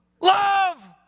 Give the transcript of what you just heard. Love